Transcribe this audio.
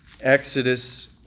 Exodus